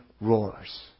roars